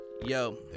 Yo